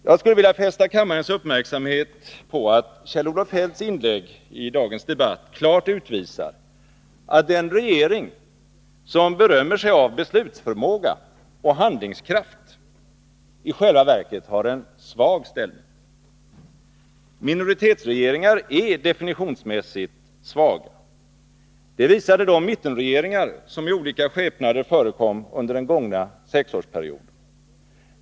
Jag skulle vilja fästa kammarens uppmärksamhet på att Kjell-Olof Feldts inlägg i dagens debatt klart utvisar att den regering som berömmer sig av beslutsförmåga och handlingskraft i själva verket har en svag ställning. Minoritetsregeringar är definitionsmässigt svaga. Det visade de mittenregeringar som i olika skepnader förekom under den gångna sexårsperioden.